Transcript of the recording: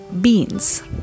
beans